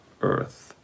earth